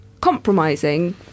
compromising